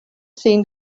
seen